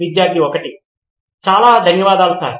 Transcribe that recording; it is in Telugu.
విద్యార్థి 1 చాలా ధన్యవాదాలు సర్